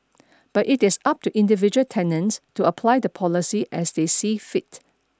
but it is up to individual tenants to apply the policy as they see fit